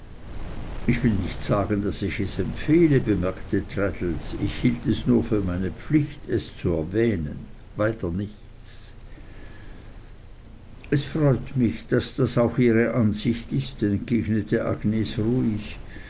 ich will nicht sagen daß ich es empfehle bemerkte traddles ich hielt es nur für meine pflicht es zu erwähnen weiter nichts es freut mich daß das auch ihre ansicht ist entgegnete agnes ruhig